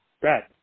Brad